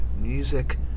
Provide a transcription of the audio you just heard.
music